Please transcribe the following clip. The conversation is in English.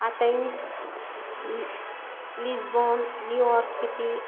Athens Lisbon New York city